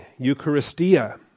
Eucharistia